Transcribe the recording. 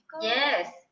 yes